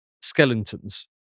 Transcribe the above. skeletons